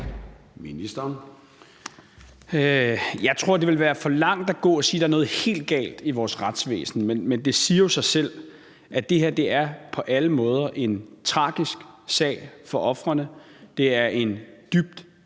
Jeg tror, det vil være for langt at gå at sige, at der er noget helt galt i vores retsvæsen. Men det siger sig selv, at det her på alle måder er en tragisk sag for ofrene. Det er en dybt